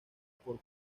por